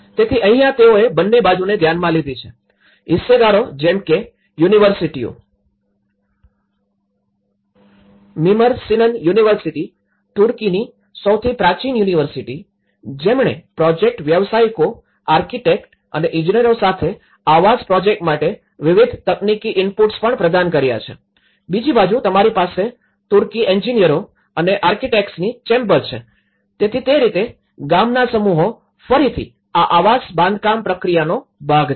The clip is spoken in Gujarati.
તેથી અહીંયા તેઓએ બંને બાજુને ધ્યાનમાં લીધી છે હિસ્સેદારો જેમ કે યુનિવર્સિટીઓ મીમર સિનન યુનિવર્સિટી તુર્કીની સૌથી પ્રાચીન યુનિવર્સિટી જેમણે પ્રોજેક્ટ વ્યાવસાયિકો આર્કિટેક્ટ અને ઇજનેરો સાથે આવાસ પ્રોજેક્ટ માટે વિવિધ તકનીકી ઇનપુટ્સ પણ પ્રદાન કર્યા છે બીજી બાજુ તમારી પાસે તુર્કી એન્જિનિયરો અને આર્કિટેક્ટ્સની ચેમ્બર છે તેથી તે રીતે ગામના સમૂહો ફરીથી આ આવાસ બાંધકામ પ્રક્રિયાનો ભાગ છે